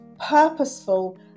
purposeful